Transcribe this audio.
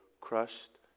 crushed